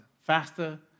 Faster